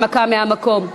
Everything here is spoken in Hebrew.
הנמקה מהמקום.